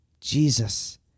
Jesus